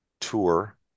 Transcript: tour